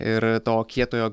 ir to kietojo